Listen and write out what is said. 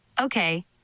Okay